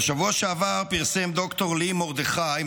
בשבוע שעבר פרסם ד"ר לי מרדכי,